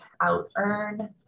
out-earn